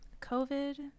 COVID